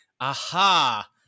Aha